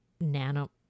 nano